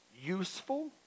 Useful